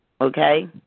okay